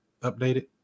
updated